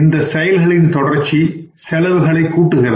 இந்த செயல்களின் தொடர்ச்சி செலவுகளை கூட்டுகிறது